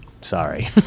Sorry